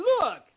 look